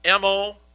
MO